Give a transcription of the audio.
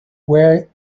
where